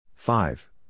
Five